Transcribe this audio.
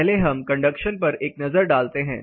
पहले हम कंडक्शन पर एक नज़र डालते हैं